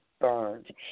burned